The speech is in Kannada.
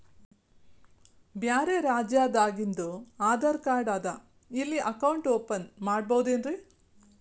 ಬ್ಯಾರೆ ರಾಜ್ಯಾದಾಗಿಂದು ಆಧಾರ್ ಕಾರ್ಡ್ ಅದಾ ಇಲ್ಲಿ ಅಕೌಂಟ್ ಓಪನ್ ಮಾಡಬೋದೇನ್ರಿ?